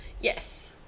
Yes